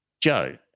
Joe